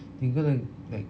they gonna like